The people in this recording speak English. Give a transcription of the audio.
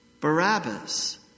Barabbas